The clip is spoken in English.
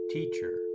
Teacher